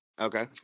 Okay